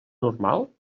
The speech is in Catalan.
normal